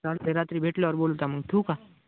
चालतंय रात्री भेटल्यावर बोलता मग ठेवूका